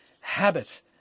habit